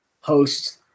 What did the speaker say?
host